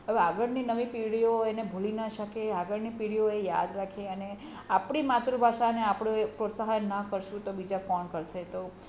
હવે આગળની નવી પેઢીઓ એને ભૂલી ન શકે આગળની પેઢીઓ એ યાદ રાખે અને આપણી માતૃભાષાને આપણે એ પ્રોત્સાહિત ના કરશું તો બીજા કોણ કરશે તો